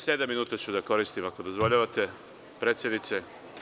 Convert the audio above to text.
Sedam minuta ću da koristim, ako dozvoljavate, predsednice.